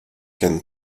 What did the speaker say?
can